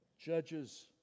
judges